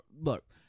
look